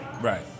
right